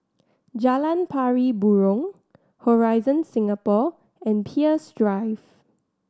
Jalan Pari Burong Horizon Singapore and Peirce Drive